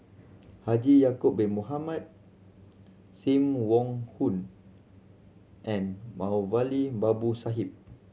Haji Ya'acob Bin Mohamed Sim Wong Hoo and Moulavi Babu Sahib